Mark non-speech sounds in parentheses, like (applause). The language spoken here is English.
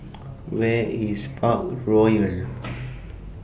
Where IS Parkroyal (noise)